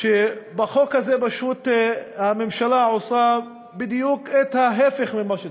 שבחוק הזה פשוט הממשלה עושה בדיוק את ההפך ממה שצריך,